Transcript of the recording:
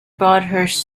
broadhurst